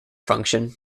function